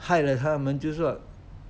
害了他们就是